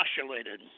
postulated